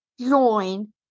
Join